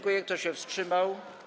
Kto się wstrzymał?